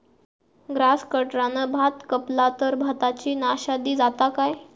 Grass कटराने भात कपला तर भाताची नाशादी जाता काय?